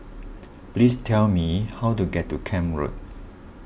please tell me how to get to Camp Road